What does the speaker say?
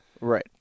right